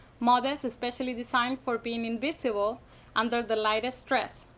modess especially designed for being invisible under the light of stress,